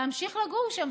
להמשיך לגור שם,